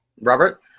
Robert